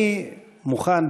אני מוכן,